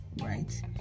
Right